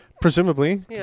presumably